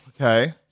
Okay